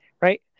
right